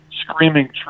screaming